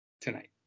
tonight